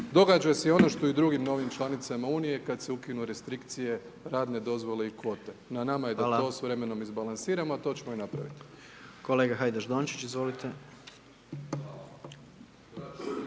događa se i ono što i drugim novim članicama Unije kada se ukinu restrikcije, radne dozvole i kvote. Na nama je da to s vremenom izbalansiramo a to ćemo i napraviti. **Jandroković, Gordan